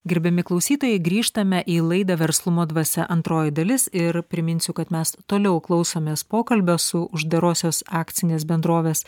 gerbiami klausytojai grįžtame į laidą verslumo dvasia antroji dalis ir priminsiu kad mes toliau klausomės pokalbio su uždarosios akcinės bendrovės